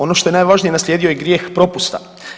Ono što je najvažnije naslijedio je grijeh propusta.